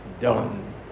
done